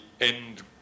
end